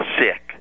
sick